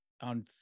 on